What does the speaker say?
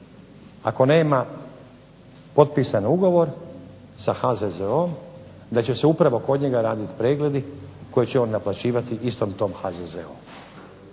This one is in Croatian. ako nema potpisan ugovor sa HZZO-om da će se upravo kod njega raditi pregledi koje će on naplaćivati istom tom HZZO-u.